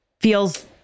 feels